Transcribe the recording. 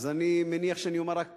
אז אני מניח שאני אומר רק פסיק.